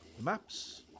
Maps